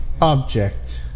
object